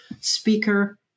speaker